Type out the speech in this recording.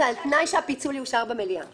זה בתנאי שהפיצול יאושר במליאת הכנסת.